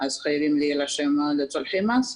אז חייבים להירשם לצרכי מס.